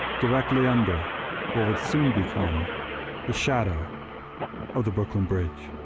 directly under what would soon become the shadow of the brooklyn bridge.